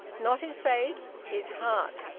not his face. his heart.